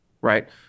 right